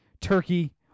Turkey